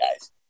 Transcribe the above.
guys